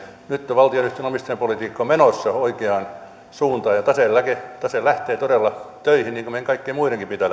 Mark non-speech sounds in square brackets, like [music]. valtionyhtiöiden omistajapolitiikka on menossa oikeaan suuntaan ja tase lähtee todella töihin niin kuin meidän kaikkien muidenkin pitää [unintelligible]